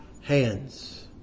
hands